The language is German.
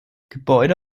gebäude